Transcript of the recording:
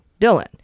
Dylan